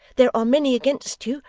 there are many against you,